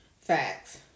Facts